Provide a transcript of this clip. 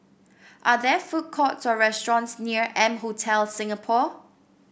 are there food courts or restaurants near M Hotel Singapore